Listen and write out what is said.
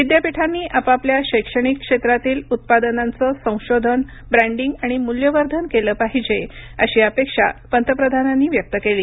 विद्यापीठांनी आपापल्या शैक्षणिक क्षेत्रातील उत्पादनांच संशोधन ब्रँडिंग आणि मूल्यवर्धन केलं पाहिजे अशी अपेक्षा पंतप्रधानानी व्यक्त केली